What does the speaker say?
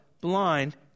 blind